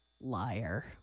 Liar